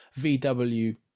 VW